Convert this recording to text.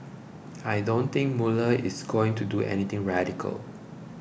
I don't think Mueller is going to do anything radical